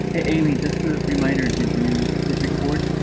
hey amy, just a reminder. did you hit record?